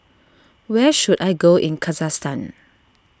where should I go in Kazakhstan